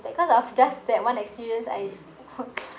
like cause of just that one experience I